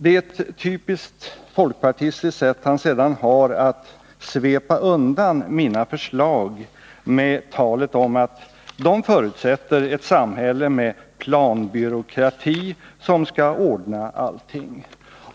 Det är ett typiskt folkpartistiskt sätt han sedan har, när han sveper undan mina förslag med talet om att de förutsätter ett samhälle med en planbyråkrati som skall ordna allting.